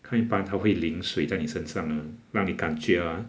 看一半他会淋水在你身上 ah 让你感觉 ah